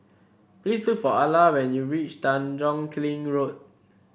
please look for Ala when you reach Tanjong Kling Road